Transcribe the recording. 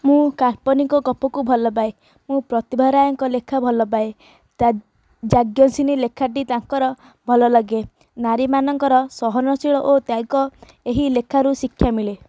ମୁଁ କାଳ୍ପନିକ ଗପକୁ ଭଲ ପାଏ ମୁଁ ପ୍ରତିଭା ରାୟଙ୍କ ଲେଖା ଭଲପାଏ ତା ଯାଜ୍ଞସେନୀ ଲେଖାଟି ତାଙ୍କର ଭଲଲାଗେ ନାରୀମାନଙ୍କର ସହନଶୀଳ ଓ ତ୍ୟାଗ ଏହି ଲେଖାରୁ ଶିକ୍ଷା ମିଳେ